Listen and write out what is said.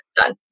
done